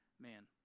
man